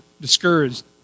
discouraged